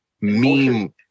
meme